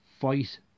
fight